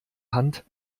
hand